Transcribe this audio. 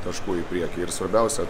taškų į priekį ir svarbiausia